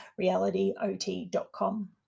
realityot.com